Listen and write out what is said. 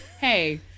hey